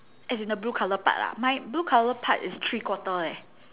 as in the blue colour part ah my blue colour part is three quarter leh